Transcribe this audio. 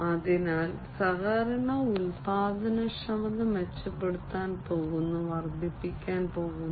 അതിനാൽ സഹകരണ ഉൽപ്പാദനക്ഷമത മെച്ചപ്പെടുത്താൻ പോകുന്നു വർദ്ധിപ്പിക്കാൻ പോകുന്നു